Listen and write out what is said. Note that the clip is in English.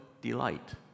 delight